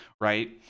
right